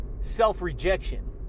self-rejection